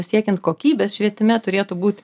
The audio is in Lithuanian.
siekiant kokybės švietime turėtų būt